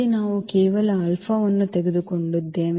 ಇಲ್ಲಿ ನಾವು ಕೇವಲ ಆಲ್ಫಾವನ್ನು ತೆಗೆದುಕೊಂಡಿದ್ದೇವೆ